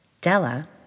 Della